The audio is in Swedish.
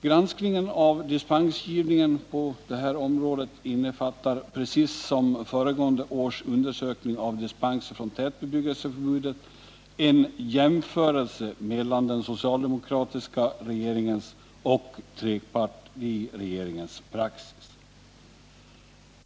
Granskningen av dispensgivningen på detta område innefattar, i likhet med föregående års undersökning av dispenser från tätbebyggelseförbudet, en jämförelse mellan den socialdemokratiska regeringens och trepartiregeringens praxis.